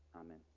amen